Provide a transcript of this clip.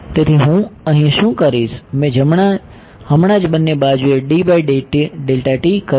તેથી હું અહીં શું કરીશ મેં હમણાં જ બંને બાજુએ કર્યું